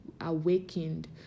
awakened